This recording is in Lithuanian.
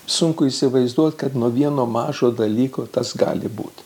sunku įsivaizduot kad nuo vieno mažo dalyko tas gali būti